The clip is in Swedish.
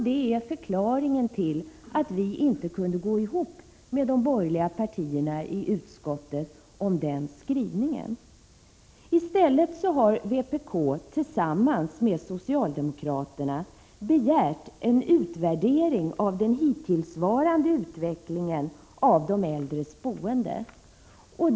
Det är förklaringen till att vi inte kunde enas med de borgerliga partierna i utskottet om den skrivningen. I stället har vpk tillsammans med socialdemokraterna begärt en utvärdering av den hittillsvarande utvecklingen av de äldres boende.